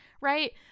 right